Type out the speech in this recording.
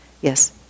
Yes